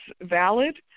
valid